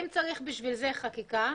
אם צריך בשביל זה חקיקה,